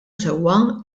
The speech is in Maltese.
sewwa